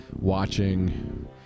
watching